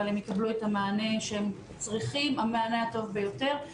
אבל הם יקבלו את המענה הטוב ביותר שהם צריכים.